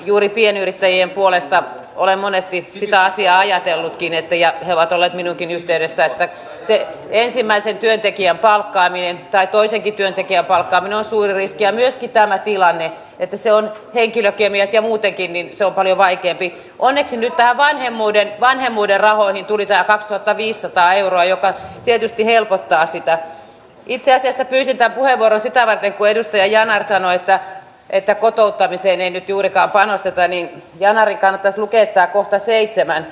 minäkin kertaan vielä kertaalleen tässä sitä asiaa ajatellutkinetteja ovat olleet minuunkin yhteydessä se ensimmäisen työntekijän palkkaaminen tai toisenkin työntekijän palkkaaminen suivis ja viesti tämä tilanne että se on henkilökemiat ja muutenkin niin se oli vaikeampi on etsinyt tää vanhemmuuden vanhemmuuden rahoihin tuli tää kaksituhattaviisisataa euroa joka mitä aikaisemmin moneen kertaan tässä pysytään puheenvuoron sitä varten kuidut ja jaana salissa on esitetty elikkä nyt juurikaan panostetainiin ja narikan epäkohta seitsemän